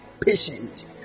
patient